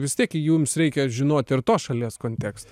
vis tiek jums reikia žinoti ir tos šalies kontekstą